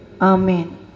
Amen